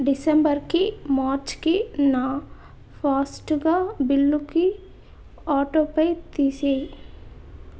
డిసెంబర్కి మార్చ్కి నా ఫాస్ట్గా బిల్లుకి ఆటోపే తీసేయ్